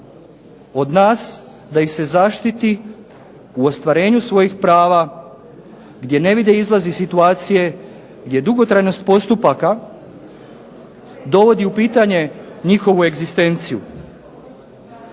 od nas da ih se zaštiti u ostvarenju svojih prava gdje ne vide izlaz iz situacije, gdje dugotrajnost postupaka dovodi u pitanje njihovu egzistenciju.